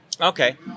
Okay